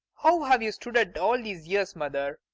how have you stood it all these years, mother?